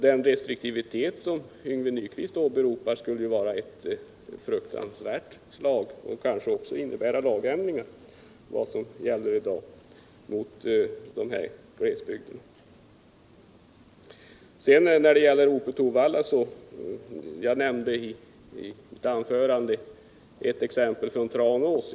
Den restriktivitet som Yngve Nyquist åberopar skulle vara ett fruktansvärt slag mot dessa glesbygder och kanske också innebära lagändringar jämfört med i dag. När det gäller Ope-Torvalla: Jag nämnde i mitt anförande ett exempel från Tranås.